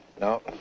no